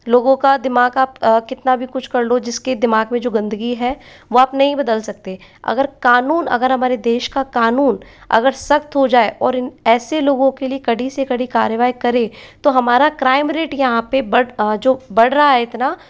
लोगों का दिमाग आप कितना भी कुछ कर लो जिसके दिमाग में जो गंदगी है वह आप नहीं बदल सकते अगर कानून अगर हमारे देश का कानून अगर सख्त हो जाए और इन ऐसे लोगों के लिए कड़ी से कड़ी कार्यवाही करें तो हमारा क्राइम रेट यहाँ पे बट जो बढ़ रहा है इतना